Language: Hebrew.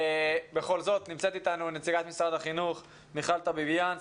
בכל זאת נמצאת איתנו נציגת משרד החינוך מיכל טביביאן,